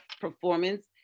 performance